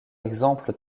exemple